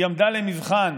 היא עמדה למבחן